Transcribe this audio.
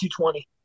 220